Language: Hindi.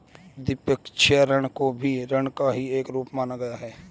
द्विपक्षीय ऋण को भी ऋण का ही एक रूप माना गया है